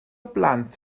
blant